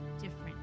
different